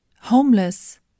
homeless